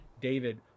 David